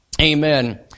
Amen